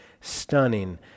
stunning